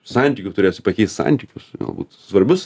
santykių turėsi pakeist santykius galbūt svarbius